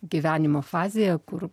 gyvenimo fazėje kur